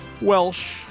Welsh